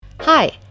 Hi